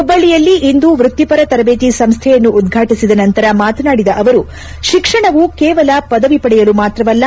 ಹುಬ್ಲಳ್ಲಿಯಲ್ಲಿ ಇಂದು ವ್ಯಕ್ಷಿಪರ ತರಜೇತಿ ಸಂಸ್ನೆಯನ್ನು ಉದ್ಘಾಟಿಸಿದ ನಂತರ ಮಾತನಾಡಿದ ಅವರು ಶಿಕ್ಷಣವು ಕೇವಲ ಪದವಿ ಪಡೆಯಲು ಮಾತ್ರವಲ್ಲ